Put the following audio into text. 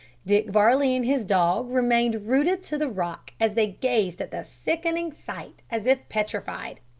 dick varley and his dog remained rooted to the rock, as they gazed at the sickening sight, as if petrified.